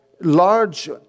large